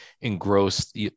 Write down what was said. engrossed